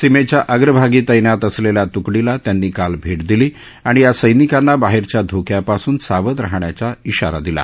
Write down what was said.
सीमेच्या अग्रभागी तैनात असलेल्या त्कडीला त्यांनी काल भेट दिली आणि या सैनिकांना बाहेरच्या धोक्या पासून सावध राहण्याचा इशारा दिला